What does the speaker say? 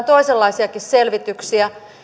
toisenlaisiakin selvityksiä